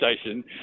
station